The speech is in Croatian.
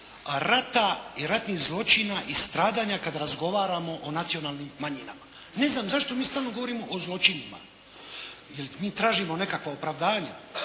rata i ratnih zločina i stradanja kad razgovaramo o nacionalnim manjinama. Ne znam zašto mi stalno govorimo o zločinima. Jel mi tražimo nekakva opravdanja?